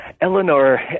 Eleanor